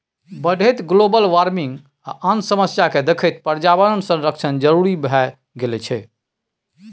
बढ़ैत global warming आ आन समस्या केँ देखैत पर्यावरण संरक्षण जरुरी भए गेल छै